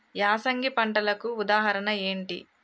యాసంగి పంటలకు ఉదాహరణ ఏంటి?